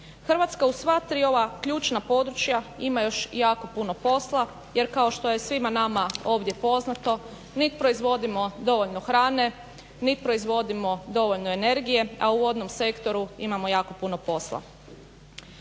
Hrvatska u sva tri ova ključna područja ima još jako puno posla jer kao što je svima nama ovdje poznato niti proizvodimo dovoljno hrane, niti proizvodimo dovoljno energije, a u vodnom sektoru imamo jako puno posla.